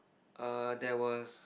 err there was